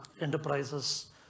enterprises